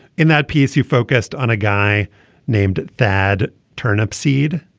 in that piece you focused on a guy named thad turn up seed.